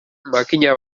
makina